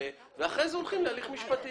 אחרי זה הולכים להליך משפטי.